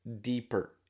deeper